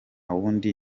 wundi